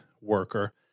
worker